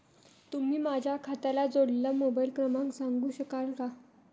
तुम्ही माझ्या खात्याला जोडलेला मोबाइल क्रमांक सांगू शकाल का?